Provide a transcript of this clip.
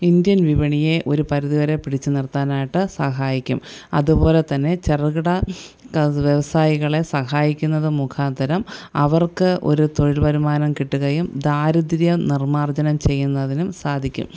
Indian വിപണിയെ ഒരു പരിധി വരെ പിടിച്ചുനിർത്താനായിട്ട് സഹായിക്കും അതുപോലെതന്നെ ചെറുകിട വ്യവസായികളെ സഹായിക്കുന്നത് മുഖാന്തരം അവർക്ക് ഒരു തൊഴിൽ വരുമാനം കിട്ടുകയും ദാരിദ്യനിർമാർജനം ചെയ്യുന്നതിനും സാധിക്കും